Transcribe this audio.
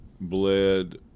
bled